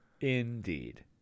Indeed